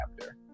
chapter